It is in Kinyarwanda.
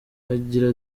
agira